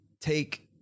take